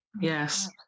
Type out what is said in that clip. Yes